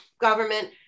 government